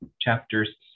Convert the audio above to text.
chapters